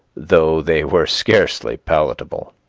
though they were scarcely palatable.